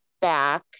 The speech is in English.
back